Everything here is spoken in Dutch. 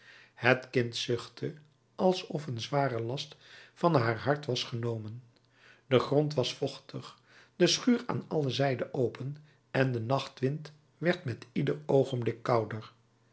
het kind zuchtte alsof een zware last van haar hart was genomen de grond was vochtig de schuur aan alle zijden open en de nachtwind werd met ieder oogenblik kouder